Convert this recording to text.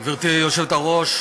גברתי היושבת-ראש,